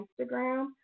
Instagram